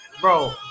bro